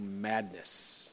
madness